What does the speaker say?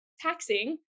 taxing